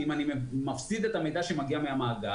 אם אני מפסיד את המידע שמגיע מהמאגר,